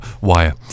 Wire